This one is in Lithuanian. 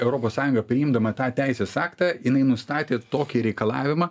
europos sąjunga priimdama tą teisės aktą jinai nustatė tokį reikalavimą